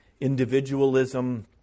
individualism